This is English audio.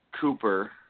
Cooper